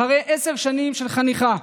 אחרי עשר שנים של חניכה,